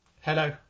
Hello